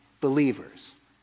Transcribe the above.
Believers